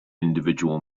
individual